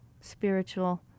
spiritual